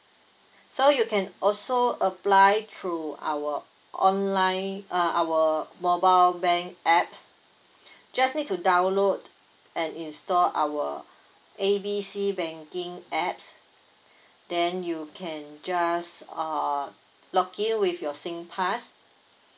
so you can also apply through our online uh our mobile bank apps just need to download and install our A B C banking apps then you can just uh log in with your singpass